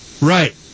Right